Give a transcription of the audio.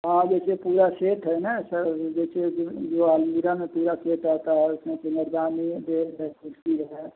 हाँ जैसे पूरा सेट है ना सर जैसे जो जो अलमीरा में पूरा सेट आता है उसमें सिगारंदान है बेड है कुर्सी है